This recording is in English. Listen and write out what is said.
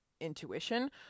intuition